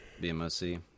BMOC